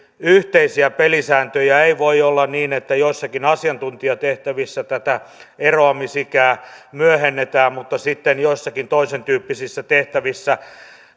yhteisiä pelisääntöjä ei voi olla niin että joissakin asiantuntijatehtävissä eroamisikää myöhennetään mutta sitten joissakin toisentyyppisissä tehtävissä